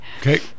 Okay